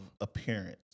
appearance